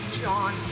John